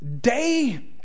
day